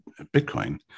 Bitcoin